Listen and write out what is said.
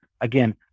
again